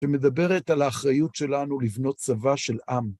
שמדברת על האחריות שלנו לבנות צבא של עם.